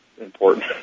important